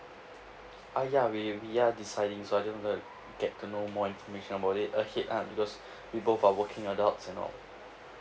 ah ya we we are deciding so I just want to get to know more information about it ahead um because we both are working adults and all